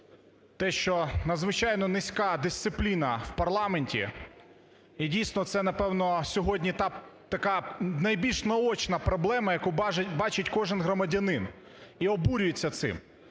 те, що надзвичайно низька дисципліна в парламенті і дійсно це, напевно, сьогодні така найбільш наочна проблема, яку бачить кожен громадянин і обурюється цим.